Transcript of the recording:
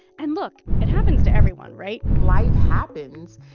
and look it happens to everyone, right? life happens,